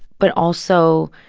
but also,